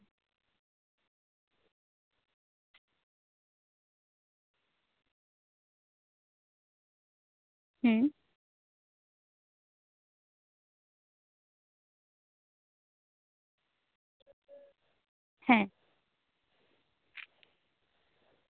ᱦᱩᱸ ᱦᱮᱸ